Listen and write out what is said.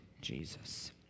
Jesus